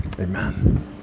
Amen